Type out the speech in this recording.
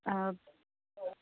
ആ